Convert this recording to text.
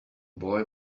boy